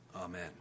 Amen